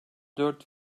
dört